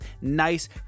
nice